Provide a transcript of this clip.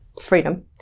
Freedom